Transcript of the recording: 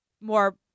more